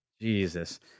Jesus